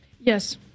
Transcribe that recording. Yes